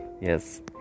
Yes